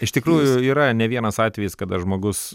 iš tikrųjų yra ne vienas atvejis kada žmogus